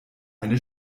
eine